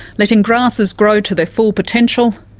letting grasses grow to their full potential,